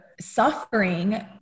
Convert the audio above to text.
suffering